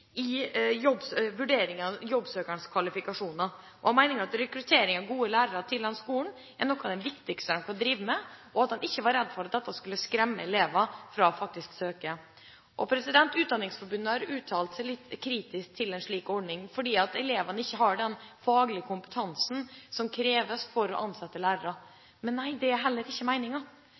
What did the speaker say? at rekruttering av gode lærere til skolen er noe av det viktigste de kan drive med, og de var ikke redd for at dette skulle skremme noen fra å søke. Utdanningsforbundet har uttalt seg litt kritisk om en slik ordning, fordi elevene ikke har den faglige kompetansen som kreves for å ansette lærere. Det er heller ikke